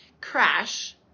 crash